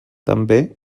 també